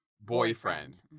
boyfriend